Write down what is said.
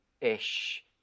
ish